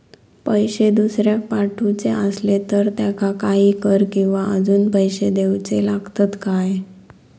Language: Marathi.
पैशे दुसऱ्याक पाठवूचे आसले तर त्याका काही कर किवा अजून पैशे देऊचे लागतत काय?